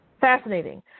Fascinating